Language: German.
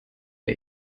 der